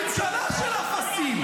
אתה עם ממשלה של אפסים.